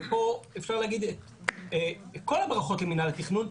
ופה אפשר להגיד את כל הברכות למינהל התכנון,